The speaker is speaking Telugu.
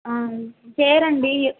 చేరండి